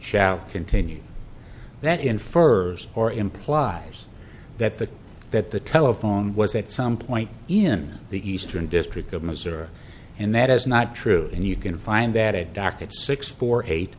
shall continue that infers or implies that the that the telephone was at some point in the eastern district of missouri and that is not true and you can find that it docket six four eight